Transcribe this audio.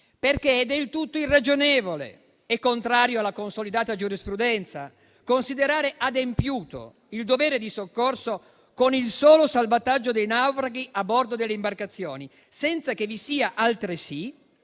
infatti del tutto irragionevole e contrario alla consolidata giurisprudenza considerare adempiuto il dovere di soccorso con il solo salvataggio dei naufraghi a bordo delle imbarcazioni, senza che vi sia altresì